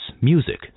music